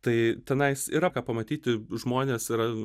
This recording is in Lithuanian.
tai tenais yra ką pamatyti žmonės yra